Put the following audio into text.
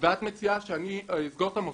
ואת מציעה שאני אסגור את המוזיאון?